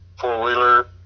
four-wheeler